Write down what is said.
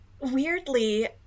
Weirdly